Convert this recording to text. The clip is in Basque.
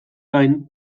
gain